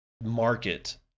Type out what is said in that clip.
market